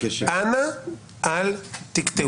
אנא אל תקטעו אותי.